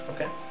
okay